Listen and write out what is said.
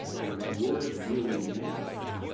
and words really matter.